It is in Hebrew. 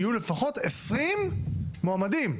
יהיו לפחות עשרים מועמדים ערבים.